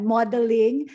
Modeling